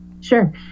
Sure